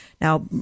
Now